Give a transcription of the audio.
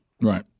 Right